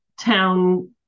town